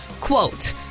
quote